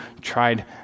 tried